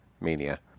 mania